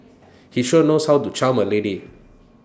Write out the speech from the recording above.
he sure knows how to charm A lady